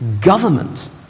government